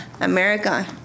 America